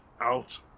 out